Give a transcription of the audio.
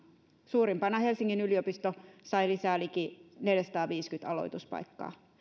suurimpana helsingin yliopisto sai lisää liki neljäsataaviisikymmentä aloituspaikkaa